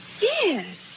Yes